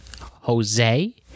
jose